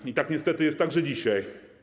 I tak niestety jest także dzisiaj.